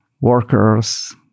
workers